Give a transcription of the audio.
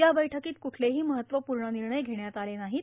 या बैठकीत कुठलेही महत्वपूर्ण निर्णय घेण्यात आले नाहीत